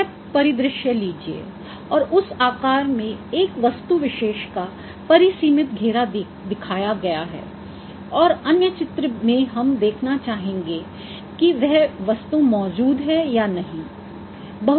यह परिदृश्य लीजिये और उस आकार में एक वस्तु विशेष का परिसीमित घेरा दिखाया गया है और अन्य चित्र में हम देखना चाहेंगे कि वह वस्तु मौजूद है या नहीं